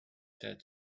said